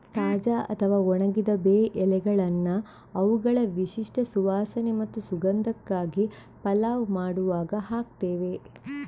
ತಾಜಾ ಅಥವಾ ಒಣಗಿದ ಬೇ ಎಲೆಗಳನ್ನ ಅವುಗಳ ವಿಶಿಷ್ಟ ಸುವಾಸನೆ ಮತ್ತು ಸುಗಂಧಕ್ಕಾಗಿ ಪಲಾವ್ ಮಾಡುವಾಗ ಹಾಕ್ತೇವೆ